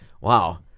wow